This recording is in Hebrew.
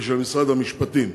ושל משרד המשפטים.